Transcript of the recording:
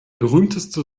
berühmteste